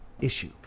issue